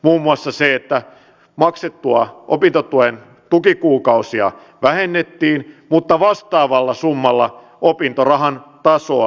muun muassa se että maksettavia opintotuen tukikuukausia vähennettiin mutta vastaavalla summalla opintorahan tasoa korotettiin